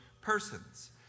persons